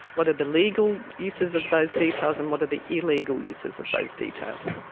what are the legal uses of those details and what are the illegal uses of those details.